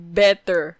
better